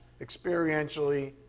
experientially